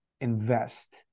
invest